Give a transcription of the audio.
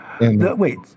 Wait